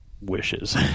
wishes